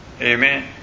Amen